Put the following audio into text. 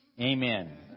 Amen